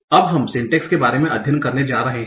अब हम सिंटैक्स के बारे में अध्ययन करने जा रहे हैं